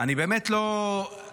הוא לא פה.